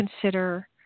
consider